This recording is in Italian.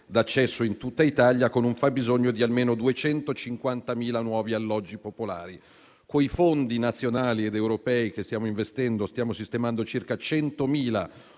d'accesso in tutta Italia, con un fabbisogno di almeno 250.000 nuovi alloggi popolari. Coi fondi nazionali ed europei che stiamo investendo, stiamo sistemando circa 100.000